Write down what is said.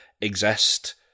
exist